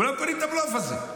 כולם קונים את הבלוף הזה.